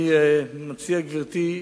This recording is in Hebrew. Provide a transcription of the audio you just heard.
אני מציע, גברתי,